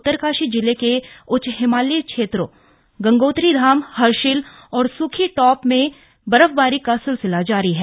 उत्तरकाशी जिले के उच्च हिमालय क्षेत्रों गंगोत्री धाम हर्षिल और सुखी टॉप में बर्फबारी का सिलसिला जारी है